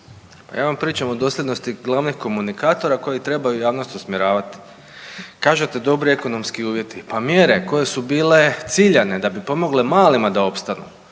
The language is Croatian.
Ja vam pričam o dosljednosti glavnih komunikatora koji trebaju javnost usmjeravat. Kažete dobri ekonomski uvjeti, pa mjere koje su bile ciljane da bi pomogle malima da opstanu,